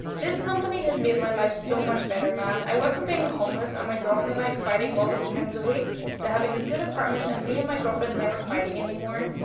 this company has made my life so much better, man. i went from being homeless and my girlfriend and i fighting multiple times a week to having a good apartment and me and my girlfriend never fighting anymore.